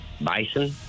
Bison